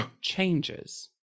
changes